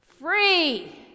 free